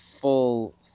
full